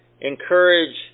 encourage